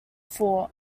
fought